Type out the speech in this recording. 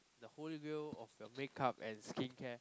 the holy grail of your make up and skin care